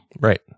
right